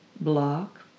Block